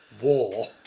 war